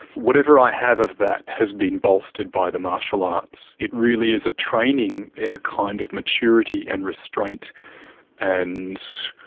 whatever i have of that has been bolstered by the martial arts. it really is a training in a kind of maturity and restraint and,